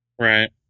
Right